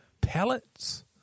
pellets